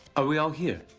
ah we all here?